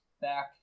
back